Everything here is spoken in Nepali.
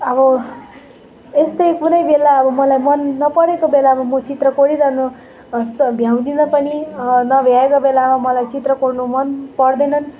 अब यस्तै कुनै बेला अब मलाई मन नपरेको बेलामा म चित्र कोरिरहनु भ्याउँदिनँ पनि नभ्याएको बेलामा मलाई चित्र कोर्नु मन पर्दैनन्